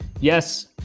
Yes